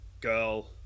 girl